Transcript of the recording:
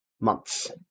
months